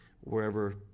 Wherever